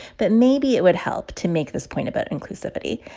but maybe it would help to make this point about inclusivity.